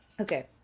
Okay